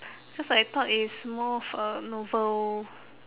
because I thought it is more of a novel